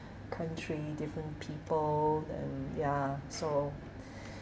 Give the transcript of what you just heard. country different people and ya so